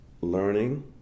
learning